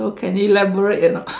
so can elaborate or not